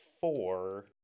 four